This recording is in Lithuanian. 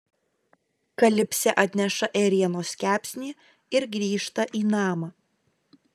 kalipsė atneša ėrienos kepsnį ir grįžta į namą